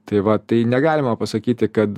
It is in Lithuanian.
tai va tai negalima pasakyti kad